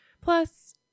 Plus